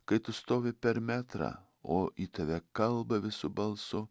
kai tu stovi per metrą o į tave kalba visu balsu